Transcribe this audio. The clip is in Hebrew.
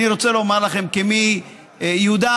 יהודה,